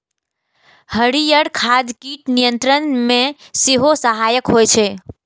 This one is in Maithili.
हरियर खाद कीट नियंत्रण मे सेहो सहायक होइ छै